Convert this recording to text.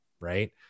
Right